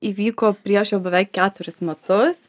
įvyko prieš jau beveik keturis metus